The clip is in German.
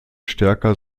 stärker